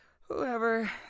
whoever